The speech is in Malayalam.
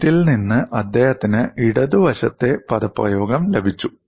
ഇതിൽ നിന്ന് അദ്ദേഹത്തിന് ഇടത് വശത്തെ പദപ്രയോഗം ലഭിച്ചു